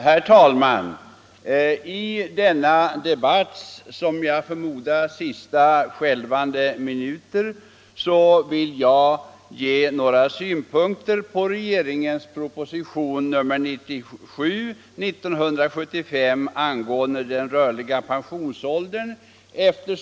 Herr talman! I denna debatts som jag förmodar sista skälvande minuter vill jag ge några synpunkter på regeringens proposition 1975:97 angående rörlig pensionsålder m.m.